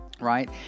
right